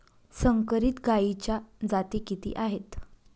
संकरित गायीच्या जाती किती आहेत?